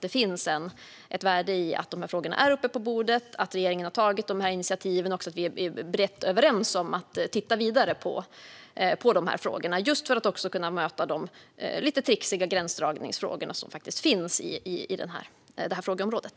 Det finns ett värde i att frågorna är uppe på bordet, att regeringen har tagit de här initiativen och att vi är brett överens om att titta vidare på frågorna just för att kunna möta de lite trixiga gränsdragningar som finns på området.